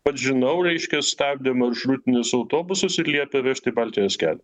pats žinau reiškia stabdė maršrutinius autobusus ir liepė vežti į baltijos kelią